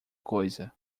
coisa